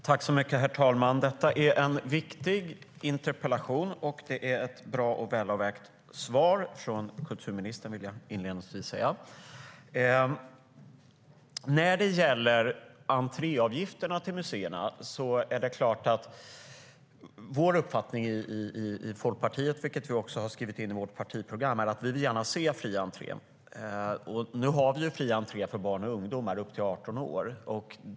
Herr talman! Detta är en viktig interpellation, och kulturministerns svar är bra och välavvägt, vill jag inledningsvis säga. När det gäller entréavgifter till museer är vår uppfattning i Folkpartiet, som vi också skrivit in i vårt partiprogram, att vi gärna vill se fri entré. Nu har vi ju fri entré för barn och ungdomar upp till 18 år.